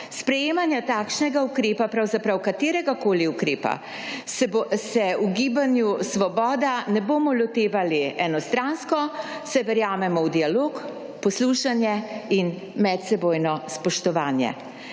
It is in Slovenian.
Sprejemanje takšnega ukrepa, pravzaprav kateregakoli ukrepa, se v Gibanju Svoboda ne bomo lotevali enostransko, saj verjamemo v dialog, poslušanje in medsebojno spoštovanje.